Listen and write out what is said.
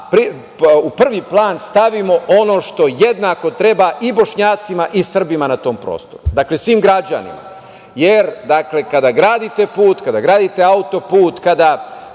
u prvi plan stavimo ono što jednako treba i Bošnjacima i Srbima na tom prostoru. Dakle, svim građanima, jer kada gradite put, kada gradite autoput, kada